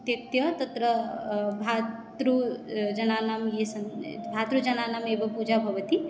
त्यक्त्वा तत्र भ्रातृ जनानां ये सन् भ्रातृजनानामेव पूजा भवति